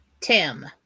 Tim